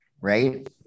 Right